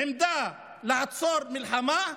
עמדה לעצור מלחמה,